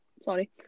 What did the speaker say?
Sorry